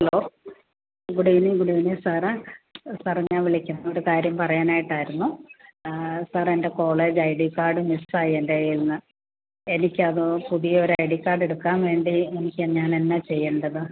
hello good evening good evening സാറേ സാറേ ഞാൻ വിളിക്കുന്നത് ഒരു കാര്യം പറയാനായിട്ടായിരുന്നു സാർ എൻ്റെ college I D card miss ആയി എൻ്റെ കയ്യിൽ നിന്ന് എനിക്കത് പുതിയ ഒരു ഐ ഡി കാർഡ് എടുക്കാൻ വേണ്ടി എനിക്ക് ഞാൻ എന്താണ് ചെയ്യേണ്ടത്